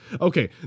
Okay